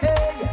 Hey